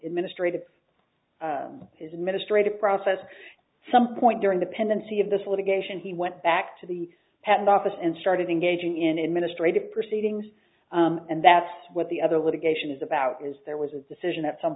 administrative is administrative process some point during the pendency of this litigation he went back to the patent office and started engaging in administrative proceedings and that's what the other litigation is about is there was a decision at some